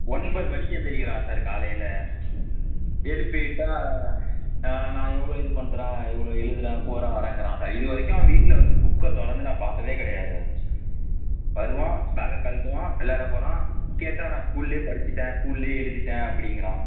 ஒன்பது மணிக்கு எழுந்திருக்கிறான் சார் காலையில எழுப்பி விட்டால் நான் நான் இவ்வளோ இது பண்ணுறன் இவ்வளோ எழுதுறேன் போறேன் வரங்கிறான் சார் இது வரைக்கும் அவன் வீட்டில் வந்து புக்கை துறந்து நான் பார்த்ததே கிடையாது சார் வருவான் பேகை கழட்டுவான் விளையாட போகிறான் கேட்டால் நான் ஸ்கூல்ல படிச்சிட்டேன் ஸ்கூல்ல எழுதிவிட்டன் அப்படிங்குறான்